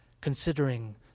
considering